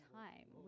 time